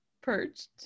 perched